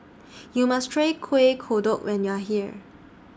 YOU must Try Kuih Kodok when YOU Are here